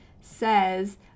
says